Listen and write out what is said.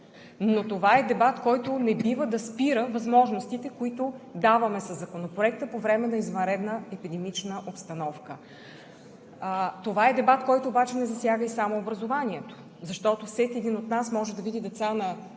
Но това е дебат, който не бива да спира възможностите, които даваме със Законопроекта по време на извънредна епидемична обстановка. Това е дебат, който обаче не засяга и само образованието. Защото всеки един от нас може да види деца на